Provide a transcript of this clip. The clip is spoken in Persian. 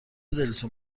دلتون